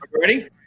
Ready